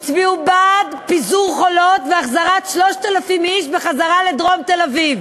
הצביעו בעד פיזור "חולות" והחזרת 3,000 איש לדרום תל-אביב.